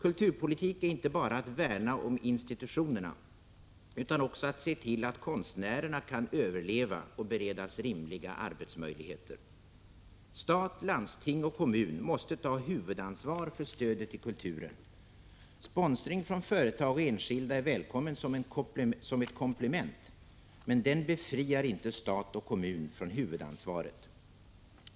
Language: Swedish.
Kulturpolitik är inte bara att värna om institutionerna utan också att se till att konstnärerna kan överleva och beredas rimliga arbetsmöjligheter. Stat, landsting och kommun måste ta huvudansvar för stödet till kulturen. Sponsring från företag och enskilda är välkommen som ett komplement, men den befriar inte stat och kommun från huvudansvaret.